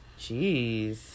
Jeez